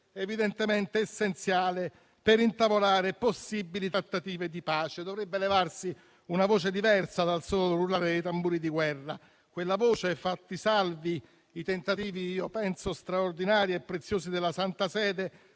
condizione essenziale per intavolare possibili trattative di pace; dovrebbe levarsi una voce diversa dal solo rullare dei tamburi di guerra. Quella voce, fatti salvi i tentativi, a mio avviso straordinari e preziosi, della Santa Sede,